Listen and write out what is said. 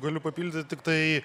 galiu papildyt tiktai